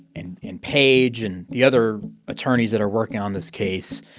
and and page and the other attorneys that are working on this case,